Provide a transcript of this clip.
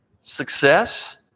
Success